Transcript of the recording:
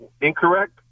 Incorrect